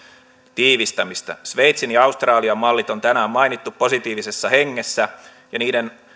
tiivistämistä sveitsin ja australian mallit on tänään mainittu positiivisessa hengessä ja niiden